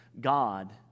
God